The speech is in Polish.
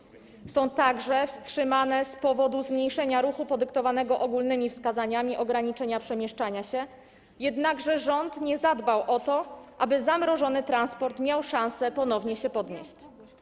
Są one także wstrzymane z powodu zmniejszenia ruchu podyktowanego ogólnymi wskazaniami ograniczenia przemieszczania się, jednakże rząd nie zadbał o to, aby zamrożony transport miał szansę ponownie się podnieść.